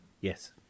Yes